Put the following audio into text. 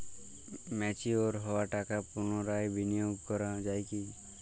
Mature হওয়া টাকা পুনরায় বিনিয়োগ করা য়ায় কি?